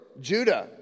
Judah